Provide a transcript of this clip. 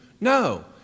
no